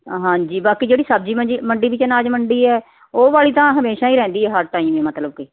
ਹਾਂਜੀ ਬਾਕੀ ਜਿਹੜੀ ਸਬਜ਼ੀ ਮੰਜੀ ਮੰਡੀ ਵਿੱਚ ਅਨਾਜ ਮੰਡੀ ਹੈ ਉਹ ਵਾਲੀ ਤਾਂ ਹਮੇਸ਼ਾ ਹੀ ਰਹਿੰਦੀ ਹੈ ਹਰ ਟਾਈਮ ਏ ਮਤਲਬ ਕਿ